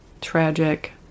tragic